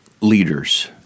leaders